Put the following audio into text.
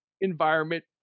environment